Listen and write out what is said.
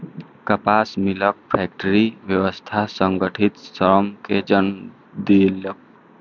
कपास मिलक फैक्टरी व्यवस्था संगठित श्रम कें जन्म देलक